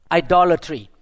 idolatry